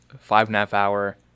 five-and-a-half-hour